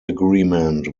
agreement